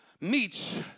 meets